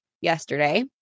yesterday